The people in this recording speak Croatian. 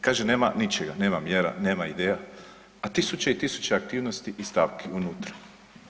Kaže nema ničega, nema mjera, nema ideja, a tisuće i tisuće aktivnosti i stavki unutra,